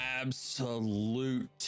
absolute